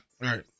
right